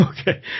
Okay